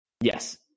Yes